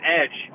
edge